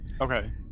Okay